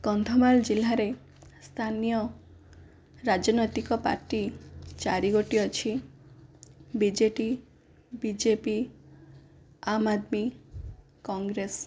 କନ୍ଧମାଳ ଜିଲ୍ଲାରେ ସ୍ଥାନୀୟ ରାଜନୈତିକ ପାର୍ଟି ଚାରିଗୋଟି ଅଛି ବିଜେଡ଼ି ବିଜେପି ଆମ ଆଦମି କଂଗ୍ରେସ